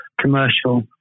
commercial